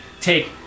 take